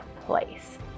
place